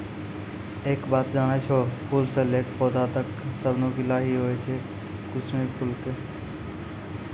एक बात जानै छौ, फूल स लैकॅ पौधा तक सब नुकीला हीं होय छै कुसमी फूलो के